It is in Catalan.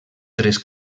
tres